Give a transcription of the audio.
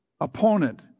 opponent